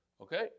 Okay